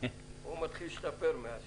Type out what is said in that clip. הוא מתחיל להשתפר.